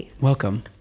welcome